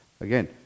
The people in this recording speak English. again